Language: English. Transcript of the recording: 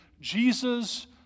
Jesus